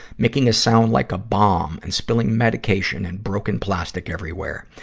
making a sound like a bomb and spilling medication and broken plastic everywhere.